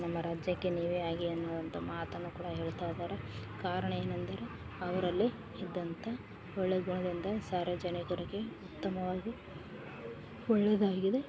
ನಮ್ಮ ರಾಜ್ಯಕ್ಕೆ ನೀವೇ ಆಗಿ ಅನ್ನೋಅಂಥ ಮಾತನ್ನು ಕೂಡ ಹೇಳ್ತಾ ಇದಾರೆ ಕಾರಣ ಏನಂದರೆ ಅವರಲ್ಲಿ ಇದ್ದಂಥ ಒಳ್ಳೆ ಗುಣದಿಂದ ಸಾರ್ವಜನಿಕರಿಗೆ ಉತ್ತಮವಾಗಿ ಒಳ್ಳೇದಾಗಿದೆ